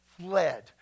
fled